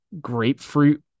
grapefruit